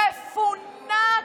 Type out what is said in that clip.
מפונק,